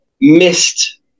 missed